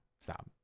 Stop